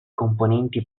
componenti